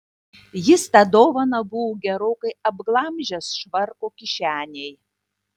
jis tą dovaną buvo gerokai apglamžęs švarko kišenėj